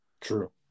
True